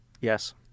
Yes